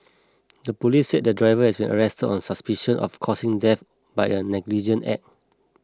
the police said the driver has been arrested on suspicion of causing death by a negligent act